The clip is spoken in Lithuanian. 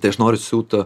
tai aš noriu siūt